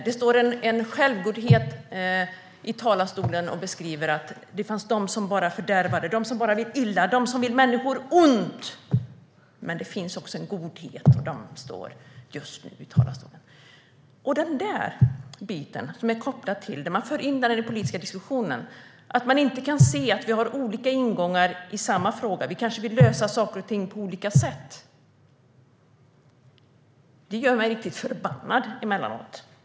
Det står en självgodhet i talarstolen och beskriver att "det fanns de som bara fördärvade - de som bara vill illa, de som vill människor ont! Men det finns också en godhet, och den står just nu i talarstolen." Den där biten som är kopplad till det här, att man för in den i den politiska diskussionen och inte kan se att vi har olika ingångar i samma fråga och kanske vill lösa saker och ting på olika sätt, gör mig emellanåt riktigt förbannad.